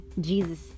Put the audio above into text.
Jesus